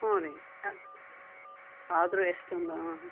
ಹ್ಞೂ ರೀ ಆದರೂ ಎಷ್ಟೊಂದಾ ಹಾಂ